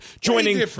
joining